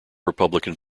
republican